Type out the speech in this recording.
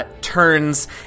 Turns